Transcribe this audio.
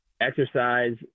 exercise